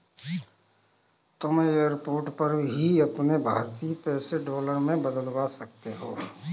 तुम एयरपोर्ट पर ही अपने भारतीय पैसे डॉलर में बदलवा सकती हो